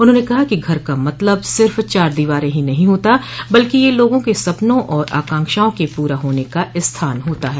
उन्होंने कहा कि घर का मतलब सिर्फ़ चार दीवारें ही नहीं होता बल्कि यह लोगों के सपनों और आकांक्षाओं के पूरा होने का स्थान होता है